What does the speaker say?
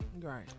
Right